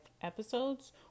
episodes